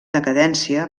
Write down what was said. decadència